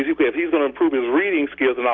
yeah if he's going to improve his reading skills,